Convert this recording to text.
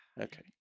Okay